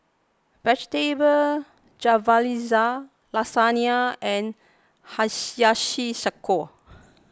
Vegetable Jalfrezi Lasagna and Hiyashi Chuka